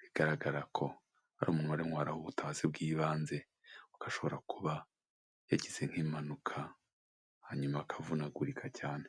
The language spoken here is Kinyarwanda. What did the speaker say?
bigaragara ko hari umuntu barimo baraha ubutabazi bw'ibanze, kuko ashobora kuba yagize nk'impanuka, hanyuma akavunagurika cyane.